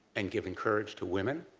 and given courage two women